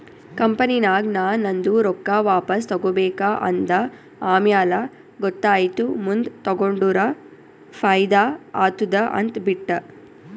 ಕಂಪನಿನಾಗ್ ನಾ ನಂದು ರೊಕ್ಕಾ ವಾಪಸ್ ತಗೋಬೇಕ ಅಂದ ಆಮ್ಯಾಲ ಗೊತ್ತಾಯಿತು ಮುಂದ್ ತಗೊಂಡುರ ಫೈದಾ ಆತ್ತುದ ಅಂತ್ ಬಿಟ್ಟ